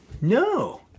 No